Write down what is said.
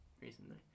recently